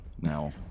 now